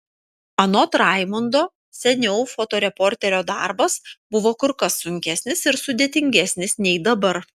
anot raimundo seniau fotoreporterio darbas buvo kur kas sunkesnis ir sudėtingesnis nei dabar